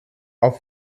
auf